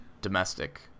domestic